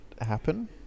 happen